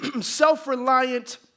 self-reliant